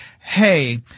hey